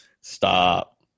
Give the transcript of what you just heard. Stop